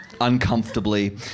uncomfortably